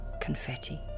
confetti